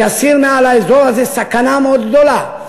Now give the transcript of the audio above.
ויסיר מעל האזור הזה סכנה מאוד גדולה.